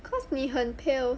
cause 你很 pale